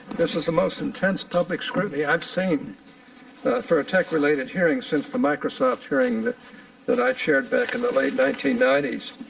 this is most intense public scrutiny i've seen for a tech-related hearing since the microsoft hearing that i chaired back in the late nineteen ninety s.